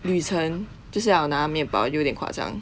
旅程就是要拿面包有点夸张